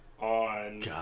on